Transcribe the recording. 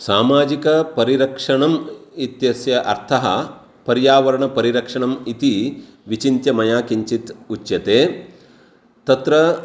सामाजिकपरिरक्षणम् इत्यस्य अर्थः पर्यावरणपरिरक्षणम् इति विचिन्त्य मया किञ्चित् उच्यते तत्र